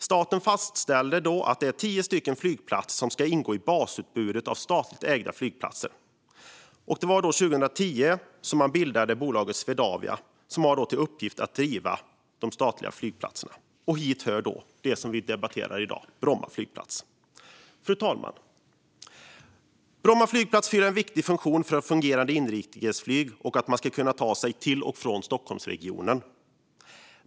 Staten fastställde då att det är tio flygplatser som ska ingå i basutbudet av statligt ägda flygplatser, och 2010 bildade man bolaget Swedavia som har till uppgift att driva de statliga flygplatserna. Hit hör det vi debatterar i dag, nämligen Bromma flygplats. Fru talman! Bromma flygplats fyller en viktig funktion för ett fungerande inrikesflyg och för att man ska kunna ta sig till och från Stockholmsregionen.